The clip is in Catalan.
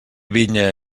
vinya